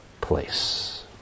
place